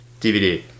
DVD